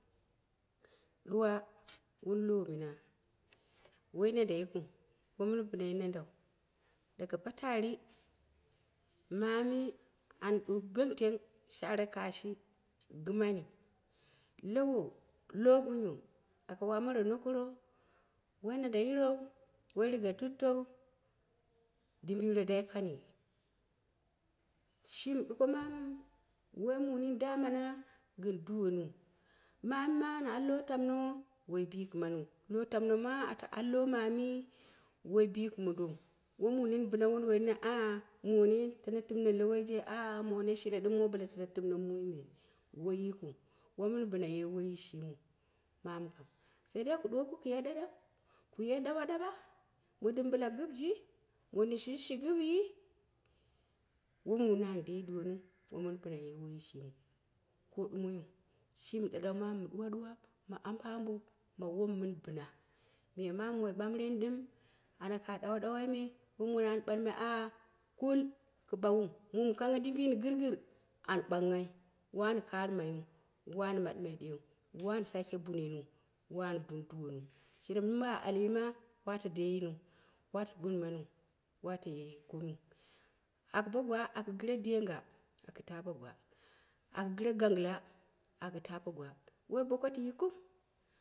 Duwa wun iwa muna woita nanda yikiu, woi mɨn bina yi nadau daga patari, maami a ɗug benteng share kashi gɨmani, low, low gunyo aka wa mor nukiro woi na nda yirou, woi riga dittou, dimbiyo dai pani shimi duko mamu woi mu nini damana gɨn duwoni u, maami ma an al lowo tamno woi bikɨmaniu. Lowo tamn ma ata al lowo maami woi biki mondou wi mu nini bina wunduwoi niniu angha moone tana tɨm ne lowoije, angha moi shiru ɗɨm tatta tɨmne mui me, woi yikiu, woi mɨn bina ye woyi shimiu, mamu kai sai dai ku ɗuwo ku ye ɗaɗau, ku ye daɓ-daɓa mondin bɨla gɨpji, mondin hiji shi gɨpyi woi mu nini an dee yi duwoniu woi mɨn bina ye woyi shiniu, ka ɗumoiyiu shimi da ɗau mama mɨ tun ɗuwo-ɗuwa ma ambo ambo ma wom min bina. Miya mamu moi ɓamɓire ɗɨm ana ka ɗawa-ɗawai me woi mu nini an ɓalmai angha kul ku baahiu mum kanggha dimbini girgit an bangnghai wani karɨmaiu, wani maɗɨmai ɗeeu, wani sake bunennu, wani gɨu duwoniu, shiru ma ba'a dyima wata de yiniu ata bunmaniu iyata ye komiu, aku bo gwa aku gire deenga akɨ ta bo gwa, akɨ ta bo gwa, akɨ gɨre ganggɨ ganggɨla aku ta bo gwa woi ba okoti yikiu.